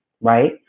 right